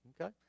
Okay